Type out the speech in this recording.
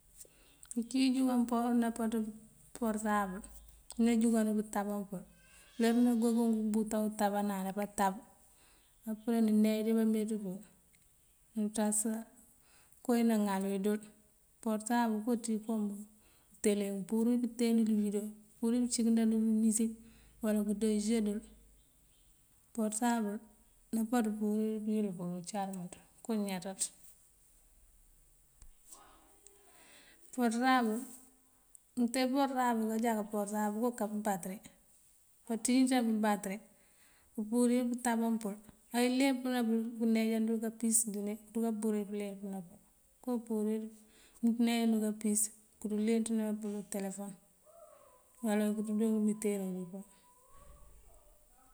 Uncí injúnkaŋ námpaţ porëtábël. Unú júnkáan uwí nëëntáaban pël. uler uwí nangëënkonk bútoŋ tábënan áa pëëntáb, apëre nëëneej bámeenţú kul, nëënţas kowí náŋal uwí dël. Porëtabël ací kom utele mëëmpúrir pëënten ngëëvidewo, mëëmpúrir pëëncínkëna dël musík uwala këëndo ijëë dël. Porëtabël, náampaţ mpúrir pëëyëlëmpël uncar mënţ okoo ñáaţaţ. porëtabël, mëëntee porëtabël okoo jáka porëtabël, okoo aká pëëmbatëri. Páanţíjënţan pëëmbatëri, këëmpurir pëëntáambá pël. Ay ileempëná bul bëëneejandël káampís ginee dúka púrir pëëleempëná pël. kom púrir káaneejan dël káampís kúund leenţënaŋ telefon uwala këënţúudël ngëëmintero ongëëbá.